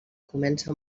comença